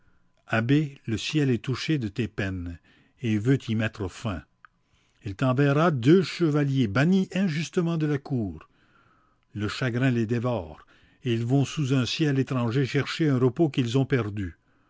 le ciel est touché de tes peines et veut y mettre fin il t'enverra deux chevaliers bannis injustement de la cour le chagrin les dévore et ils vont sous un ciel étranger chercher un repos qu'ils ont perdu